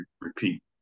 repeat